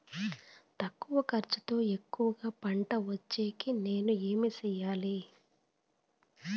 తక్కువ ఖర్చుతో ఎక్కువగా పంట వచ్చేకి నేను ఏమి చేయాలి?